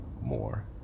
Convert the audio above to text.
more